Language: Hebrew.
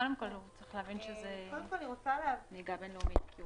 קודם כול, הוא צריך להבין שזה נהיגה בין-לאומית.